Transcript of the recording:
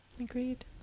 agreed